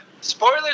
spoilers